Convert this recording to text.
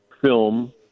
film